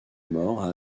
mort